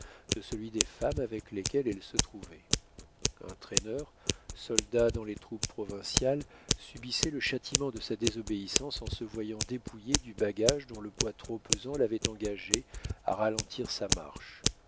de celui des femmes avec lesquelles elle se trouvait un traîneur soldat dans les troupes provinciales subissait le châtiment de sa désobéissance en se voyant dépouillé du bagage dont le poids trop pesant l'avait engagé à ralentir sa marche